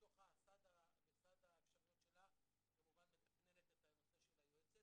בתוך סד האפשרויות שלה כמובן מתקננת את הנושא של היועצת,